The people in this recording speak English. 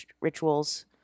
rituals